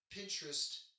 Pinterest